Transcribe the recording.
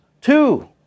two